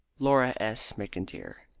laura s. mcintyre.